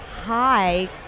hi